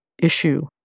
issue